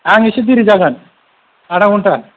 आं एसे दिरि जागोन आदा घन्टा